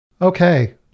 Okay